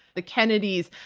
the kennedys.